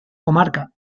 comarca